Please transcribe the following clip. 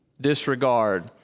disregard